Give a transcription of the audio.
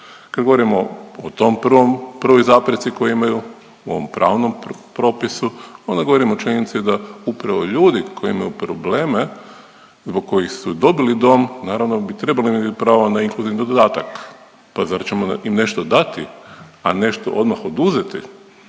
Kad govorimo o tom prvom, prvoj zapreci koju imaju u ovom pravnom propisu, onda govorimo o činjenici da upravo ljudi koji imaju probleme zbog kojih su dobili dom, naravno bi trebali imati pravo na inkluzivni dodatak. Pa zar ćemo im nešto dati, a nešto odmah oduzeti.